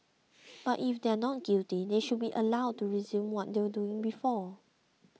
but if they are not guilty they should be allowed to resume what they were doing before